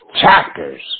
chapters